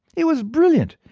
it was brilliant,